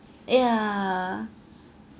yeah